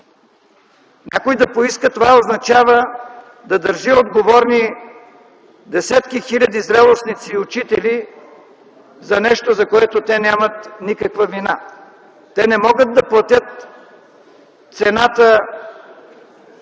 Някой да поиска, това означава да държи отговорни десетки хиляди зрелостници и учители за нещо, за което те нямат никаква вина. Те не могат да платят цената